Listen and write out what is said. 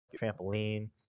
trampoline